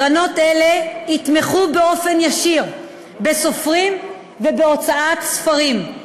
קרנות אלה יתמכו באופן ישיר בסופרים ובהוצאת ספרים.